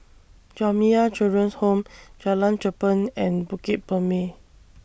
Jamiyah Children's Home Jalan Cherpen and Bukit Purmei